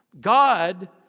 God